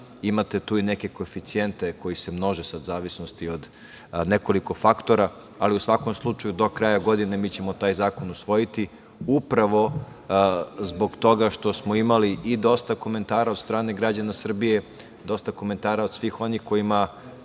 Imate tu i neke koeficijente koji se množe, u zavisnosti od nekoliko faktora, ali u svakom slučaju, do kraja godine ćemo taj zakon usvojiti, upravo zbog toga što smo imali i dosta komentara od strane građana Srbije, dosta komentara od svih onih kojima